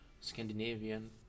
Scandinavian